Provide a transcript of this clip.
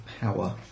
power